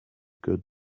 good